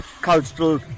cultural